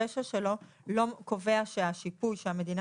הרישה שלו לא קובע שהשיפוי שהמדינה